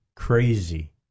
Crazy